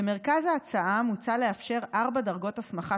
במרכז ההצעה מוצע לאפשר ארבע דרגות הסמכה